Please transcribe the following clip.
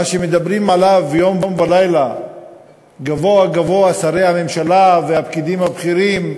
מה שמדברים עליו יום ולילה גבוהה-גבוהה שרי הממשלה והפקידים הבכירים,